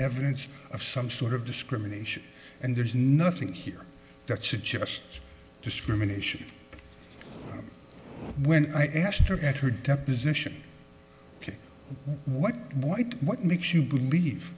evidence of some sort of discrimination and there's nothing here that suggests discrimination when i asked her at her deposition what what what makes you believe